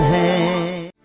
a